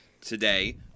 today